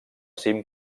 cim